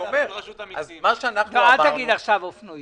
האם ניתן להכניס בחוק עצמו?